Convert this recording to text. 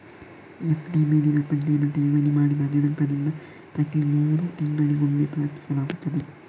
FD ಮೇಲಿನ ಬಡ್ಡಿಯನ್ನು ಠೇವಣಿ ಮಾಡಿದ ದಿನಾಂಕದಿಂದ ಪ್ರತಿ ಮೂರು ತಿಂಗಳಿಗೊಮ್ಮೆ ಪಾವತಿಸಲಾಗುತ್ತದೆ